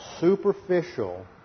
superficial